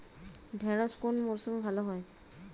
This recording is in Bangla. ঢেঁড়শ কোন মরশুমে ভালো হয়?